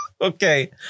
Okay